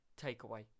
takeaway